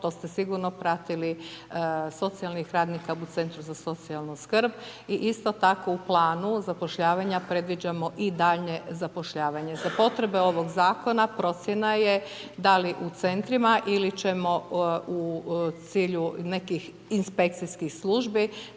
to ste sigurno pratili, socijalnih radnika u centru za socijalnu skrb i isto tako u planu zapošljavanja predviđamo i daljnje zapošljavanje. Za potrebe ovog zakona, procjena je da li u centrima ili ćemo u cilju nekih inspekcijskih službi,